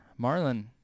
Marlon